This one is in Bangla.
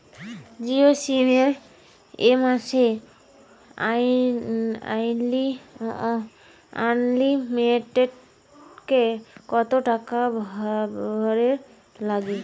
জিও সিম এ মাসে আনলিমিটেড কত টাকা ভরের নাগে?